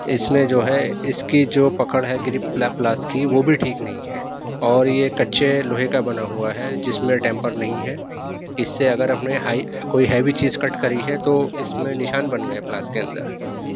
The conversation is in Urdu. اس میں جو ہے اس کی جو پکڑ ہے گریپ پلا پلاس کی وہ بھی ٹھیک نہیں ہے اور یہ کچے لوہے کا بنا ہوا ہے جس میں ٹمپر نہیں ہے اس سے اگر ہم نے ہائی کوئی ہیوی چیز کٹ کری ہے تو اس میں نشان بن گیا پلاس کے اندر